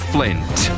Flint